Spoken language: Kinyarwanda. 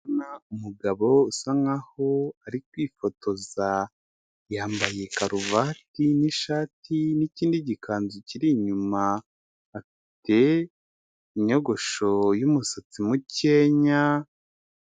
Ndabona umugabo usa nk'aho ari kwifotoza, yambaye karuvati n'ishati n'ikindi gikanzu kiri inyuma afite inyogosho y'umusatsi mukenya.